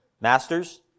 Masters